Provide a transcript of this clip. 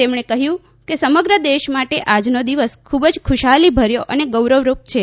તેમણે કહ્યું કે સમગ્ર દેશ માટે આજનો દિવસ ખૂબ જ ખુશહાલીભર્યો અને ગૌરવરૂપ છે